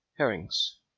Herrings